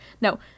No